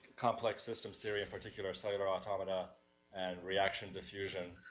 complex systems theory, in particular cellular automata and reaction diffusion,